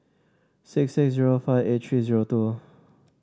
six six zero five eight three zero two